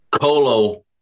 Colo